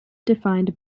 defined